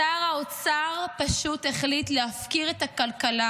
שר האוצר פשוט החליט להפקיר את הכלכלה